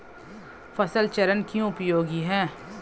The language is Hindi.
फसल चरण क्यों उपयोगी है?